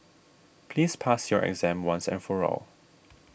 please pass your exam once and for all